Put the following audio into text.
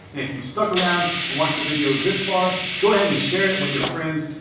if you've stuck around and watched the video this far, go ahead and share it with your friends.